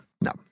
no